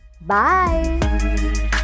Bye